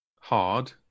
hard